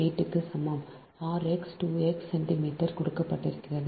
778 க்கு சமம் r x 2 x centimetre கொடுக்கப்படுகிறது